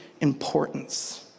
importance